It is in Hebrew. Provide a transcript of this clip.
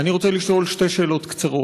אני רוצה לשאול שתי שאלות קצרות: